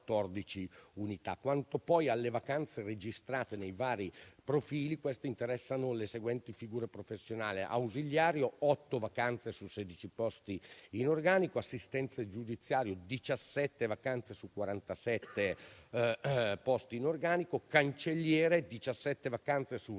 unità). Le vacanze registrate nei vari profili interessano poi le seguenti figure professionali: ausiliari, otto vacanze su 16 posti in organico; assistente giudiziario, 17 vacanze su 47 posti in organico; cancelliere, 17 vacanze su 22